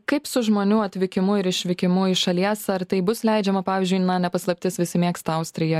kaip su žmonių atvykimu ir išvykimu iš šalies ar tai bus leidžiama pavyzdžiui ne paslaptis visi mėgsta austriją